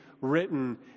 written